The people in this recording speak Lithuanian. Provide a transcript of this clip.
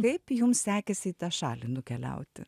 kaip jum sekėsi į tą šalį nukeliauti